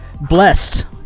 blessed